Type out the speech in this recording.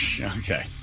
Okay